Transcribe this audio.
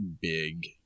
big